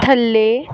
ਥੱਲੇ